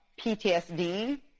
PTSD